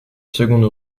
seconde